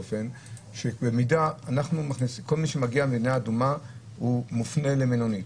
שכל מי שמגיע ממדינה אדומה מופנה למלונית.